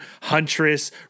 Huntress